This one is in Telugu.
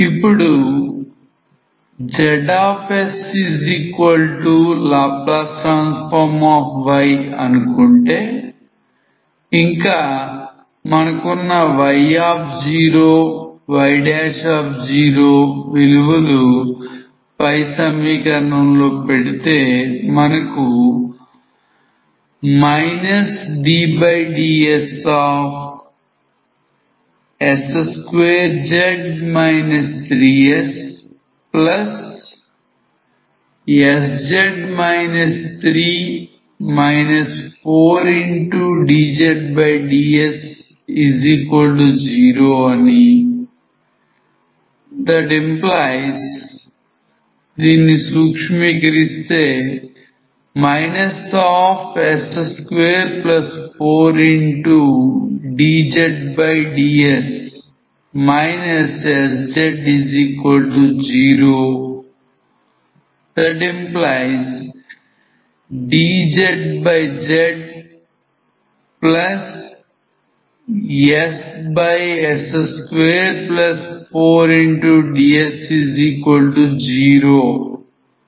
ఇప్పుడు zLy అనుకుంటే ఇంకా మనకున్నy0 y విలువలు పై సమీకరణం లో పెడితే మనకు ddss2z 3ssz 3 4dzds0 అని s24dzds sz0 dzzs dss240అని వస్తుంది